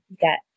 get